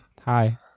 hi